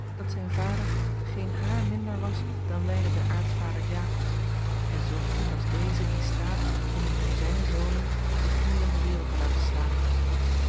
dat zijn vader geen haar minder was dan wijlen de aartsvader jacob en zoo goed als deze in staat om een dozijn zonen figuur in de wereld te laten slaan